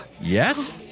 Yes